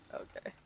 okay